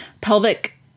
pelvic